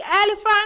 elephant